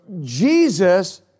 Jesus